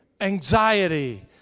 anxiety